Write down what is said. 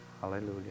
Hallelujah